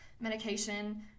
medication